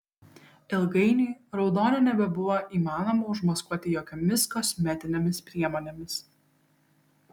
ilgainiui raudonio nebebuvo įmanoma užmaskuoti jokiomis kosmetinėmis priemonėmis